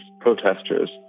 protesters